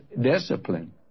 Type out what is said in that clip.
discipline